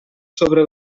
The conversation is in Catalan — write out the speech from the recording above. sobre